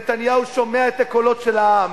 נתניהו שומע את הקולות של העם,